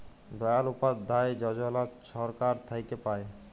দয়াল উপাধ্যায় যজলা ছরকার থ্যাইকে পায়